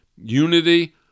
Unity